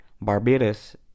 barbados